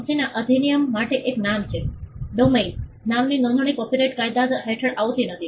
કંપનીના અધિનિયમ માટે એક નામ છે ડોમેઇન નામ નોંધણી કોપિરાઇટ કાયદા હેઠળ આવતી નથી